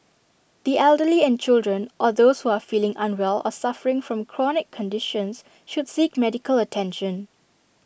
the elderly and children or those who are feeling unwell or suffering from chronic conditions should seek medical attention